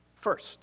First